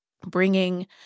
bringing